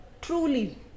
Truly